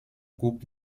coupe